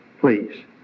please